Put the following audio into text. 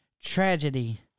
tragedy